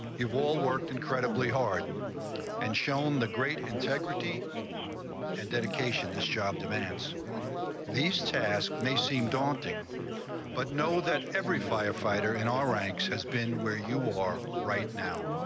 you've all worked incredibly hard and shown the great integrity and dedication this job demands these task may seem daunting but know that every firefighter in our ranks has been where you are right now.